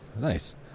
Nice